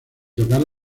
tocar